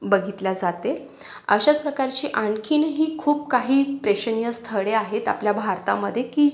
बघितलं जाते अशाच प्रकारचे आणखीनही खूप काही प्रेक्षणीय स्थळे आहेत आपल्या भारतामध्ये की